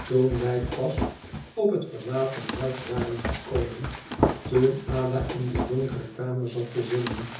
onttoen wij pas op het verlaten huis waren gekomen toen ada in die donkere kamer zat te zingen